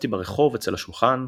כתבתי ברחוב אצל השולחן,